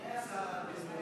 מי היה שר הבינוי?